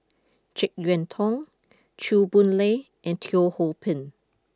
Jek Yeun Thong Chew Boon Lay and Teo Ho Pin